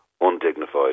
undignified